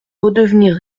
redevenir